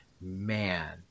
man